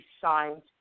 signed